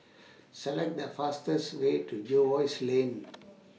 Select The fastest Way to Jervois Lane